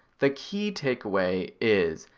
the key take away is,